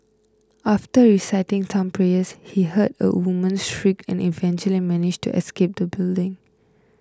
after reciting some prayers he heard a woman's shriek and eventually managed to escape the building